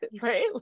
right